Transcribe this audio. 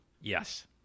Yes